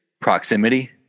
proximity